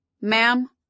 Ma'am